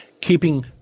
keeping